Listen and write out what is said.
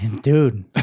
Dude